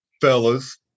fellas